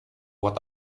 what